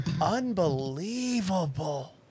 Unbelievable